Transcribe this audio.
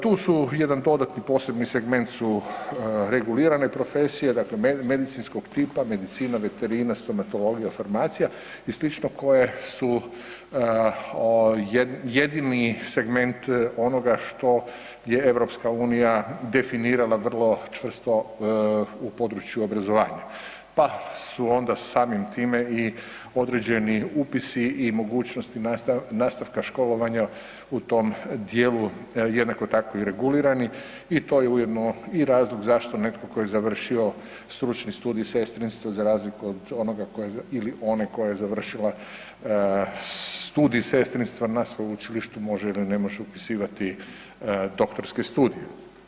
Tu su, jedan dodatni posebni segment su regulirane profesije, dakle medicinskog tipa, medicina, veterina, stomatologija, farmacija i slično koje su jedini segment onoga što, gdje je EU definirala vrlo čvrsto u području obrazovanja, pa su onda samim time i određeni upisi i mogućnosti nastavka školovanja u tom dijelu jednako tako i regulirani i to je ujedno i razlog zašto neko ko je završio stručni studij sestrinstva za razliku od onoga ili one koja je završila studij sestrinstva na sveučilištu može ili ne može upisivati doktorski studij.